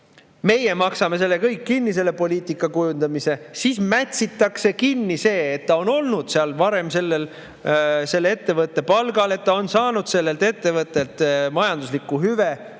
Meie maksame selle kõik kinni, selle poliitika kujundamise. Siis mätsitakse kinni, et see inimene on olnud varem selle ettevõtte palgal, et ta on saanud sellelt ettevõttelt majanduslikku hüve